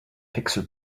pixel